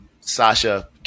Sasha